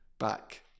back